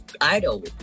idol